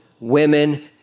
Women